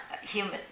human